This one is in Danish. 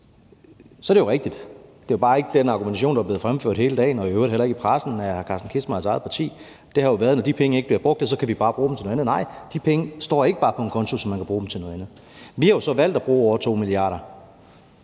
Så er det jo rigtigt. Det er jo bare ikke den argumentation, der er blevet fremført hele dagen og i øvrigt heller ikke i pressen af hr. Carsten Kissmeyers eget parti, men det har jo været, at vi, når de penge ikke bliver brugt, så bare kan bruge dem til noget andet. Nej, de penge står ikke bare på en konto, så man kan bruge dem til noget andet. Vi har jo så valgt at bruge over 2 mia. kr.